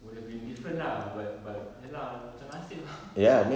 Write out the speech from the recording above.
would have been different lah but but ya lah macam nasib ah